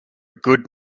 good